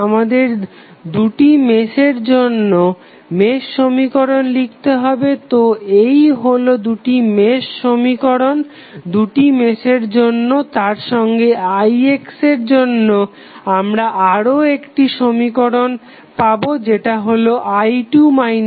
আমাদের দুটি মেশের জন্য মেশ সমীকরণ লিখতে হবে তো এই হলো দুটি সমীকরণ দুটি মেশের জন্য তারসঙ্গে ix এর জন্য আমরা আরও একটি সমীকরণ পাবো যেটা হলো i2 i1